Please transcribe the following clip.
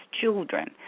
children